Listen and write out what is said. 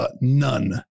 none